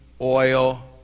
oil